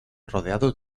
rodeados